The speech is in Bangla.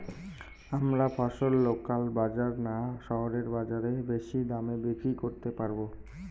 আমরা ফসল লোকাল বাজার না শহরের বাজারে বেশি দামে বিক্রি করতে পারবো?